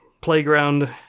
playground